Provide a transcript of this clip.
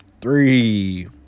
three